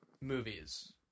movies